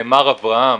מר אברהם,